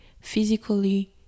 physically